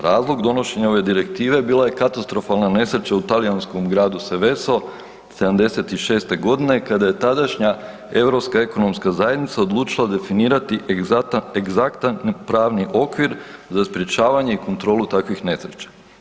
Razlog donošenja ove Direktive bila je katastrofalna nesreća u talijanskom gradu Seveso, 76. godine, kada je tadašnja europska ekonomska zajednica odlučila definirati egzaktan pravni okvir za sprječavanje i kontrolu takvih nesreća.